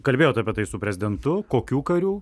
kalbėjot apie tai su prezidentu kokių karių